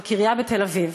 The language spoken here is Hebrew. בקריה בתל-אביב.